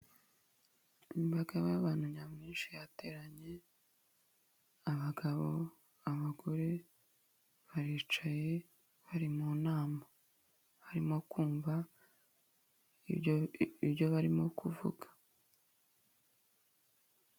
Imbaga y'abantu nyamwinshi yateranye. Abagabo, abagore baricaye bari mu nama. Barimo kumva ibyo ibyo barimo kuvuga.